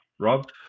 Rob